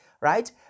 right